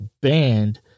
banned